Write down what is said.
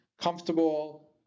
comfortable